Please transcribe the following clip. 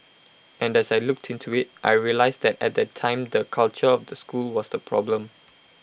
and as I looked into IT I realised that at that time the culture of the school was the problem